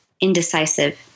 indecisive